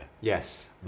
Yes